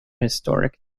historic